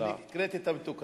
ואני הקראתי את המתוקן.